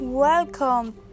Welcome